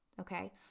Okay